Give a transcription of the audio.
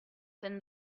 than